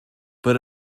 but